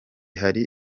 hari